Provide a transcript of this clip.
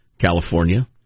California